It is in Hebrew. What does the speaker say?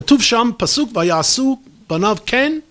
כתוב שם פסוק ויעשו בניו כן.